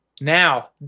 now